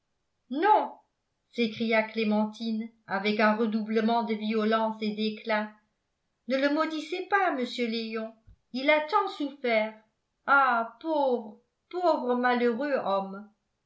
non s'écria clémentine avec un redoublement de violence et d'éclat ne le maudissez pas monsieur léon il a tant souffert ah pauvre pauvre malheureux homme